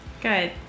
Good